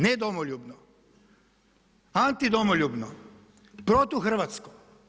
Nedomoljubno, antidomoljubno, protuhrvatsko.